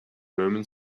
roman